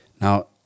now